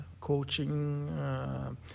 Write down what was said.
coaching